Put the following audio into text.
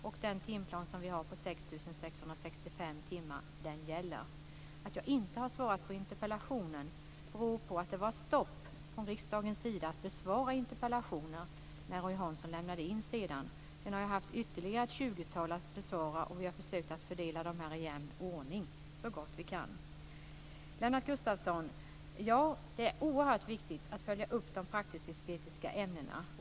Att jag inte har besvarat interpellationen beror på att det var stopp från riksdagens sida att besvara interpellationer när Roy Hansson väckte sin interpellation. Sedan har jag haft ytterligare ett tjugotal interpellationer att besvara, och vi har så gott vi kan försökt att fördela dem i jämn ordning. Ja, Lennart Gustavsson, det är oerhört viktigt att följa upp de praktisk-estetiska ämnena.